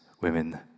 women